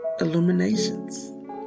illuminations